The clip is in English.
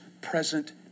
present